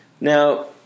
Now